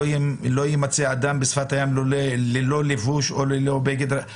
לא יימצא אדם על שפת הים ללא לבוש או ללא בגד רחצה וכולי.